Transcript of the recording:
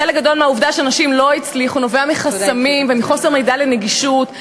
חלק גדול מהעובדה שנשים לא הצליחו נובע מחסמים ומחוסר מידע ונגישות,